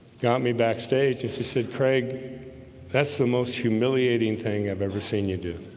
got me backstage and she said craig that's the most humiliating thing i've ever seen you do